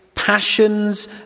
passions